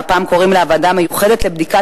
והפעם קוראים לה "הוועדה המיוחדת לבדיקת